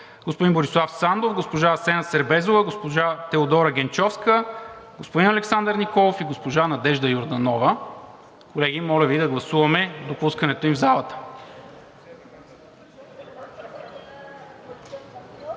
господин Борислав Сандов, госпожа Асена Сербезова, госпожа Теодора Генчовска, господин Александър Николов и госпожа Надежда Йорданова. Колеги, моля Ви да гласуваме допускането им в залата.